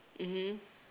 mmhmm